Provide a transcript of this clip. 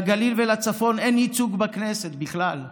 לגליל ולצפון אין ייצוג בכנסת בכלל כמעט,